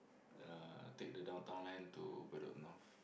uh take the Downtown Line to Bedok North